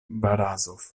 barazof